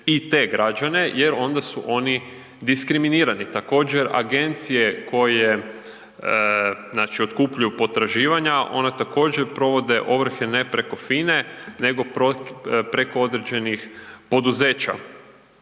i te građane jer onda su oni diskriminirani. Također agencije koje otkupljuju potraživanja one također provode ovrhe ne preko FINA-e nego preko određenih poduzeća.